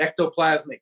ectoplasmic